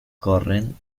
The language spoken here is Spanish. corren